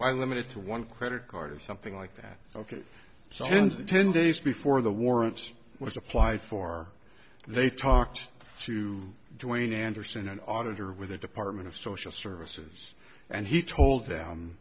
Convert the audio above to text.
i limited to one credit card or something like that ok so tender ten days before the warrants was applied for they talked to join anderson an auditor with the department of social services and he told them